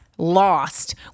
lost